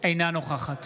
אינה נוכחת